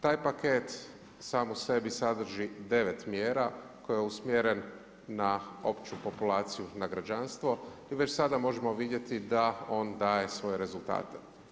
Taj paket sam u sebi sadrži 9 mjera koji je usmjeren na opću populaciju, na građanstvo, gdje već sada možemo vidjeti da on daje svoje rezultate.